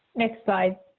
next slide.